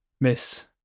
Miss